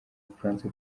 bufaransa